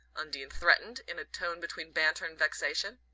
undine threatened, in a tone between banter and vexation.